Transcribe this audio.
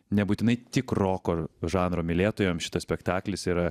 nebūtinai tik roko žanro mylėtojams šitas spektaklis yra